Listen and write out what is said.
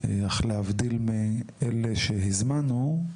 אך להבדיל מאלו שהזמנו,